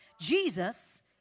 Jesus